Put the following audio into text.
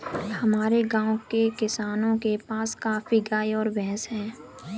हमारे गाँव के किसानों के पास काफी गायें और भैंस है